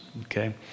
okay